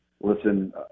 listen